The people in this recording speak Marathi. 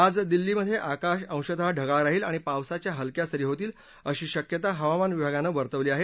आज दिल्लीमध्ये आकाश अंशतः ढगाळ राहील आणि पावसाच्या हलक्या सरी होतील अशी शक्यता हवामान विभागानं वर्तवली आहे